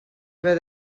haver